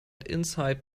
insight